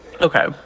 okay